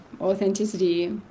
authenticity